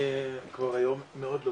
אני